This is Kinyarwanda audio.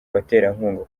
abaterankunga